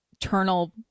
internal